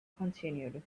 continued